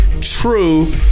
true